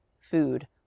food